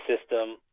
system